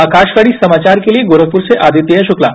आकाशवाणी समाचार के लिए गोरखपुर से आदित्य शुक्ला